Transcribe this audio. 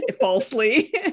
falsely